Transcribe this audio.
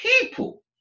people